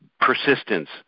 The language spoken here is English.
persistence